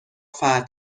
فتح